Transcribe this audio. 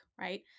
right